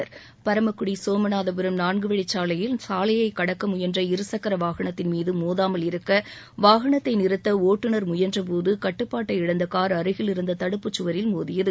அப்போது பரமக்குடி சோமநாதபுரம் நான்குவழிச் சாலையில் சாலையை கடக்க முயன்ற இருசக்கர வாகனத்தின் மீது மோதாமல் இருக்க வாகனத்தை நிறுத்த ஒட்டுநர் முயன்றபோது கட்டுப்பாட்டை இழந்த கார் அருகில் இருந்த தடுப்புச்சுவரில் மோதியது